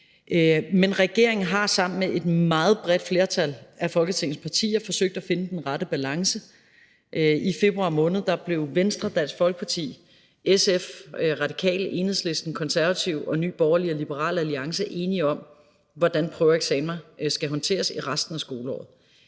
Men regeringen har sammen med et meget bredt flertal af folketingets partier forsøgt at finde den rette balance. I februar måned blev Venstre, Dansk Folkeparti, SF, Radikale Venstre, Enhedslisten, Det Konservative Folkeparti, Nye Borgerlige og Liberal Alliance enige om, hvordan prøver og eksamener skal håndteres i resten af skoleåret.